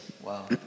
Wow